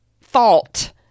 fault